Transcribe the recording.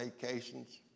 vacations